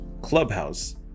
Clubhouse